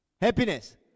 Happiness